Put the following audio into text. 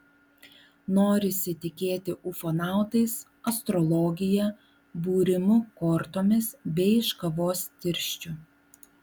norisi tikėti ufonautais astrologija būrimu kortomis bei iš kavos tirščių